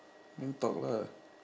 then talk lah